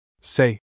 Say